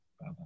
Bye